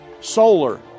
Solar